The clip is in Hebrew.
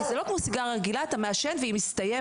כי זה לא כמו סיגריה רגילה אתה מעשן והיא מסתיימת.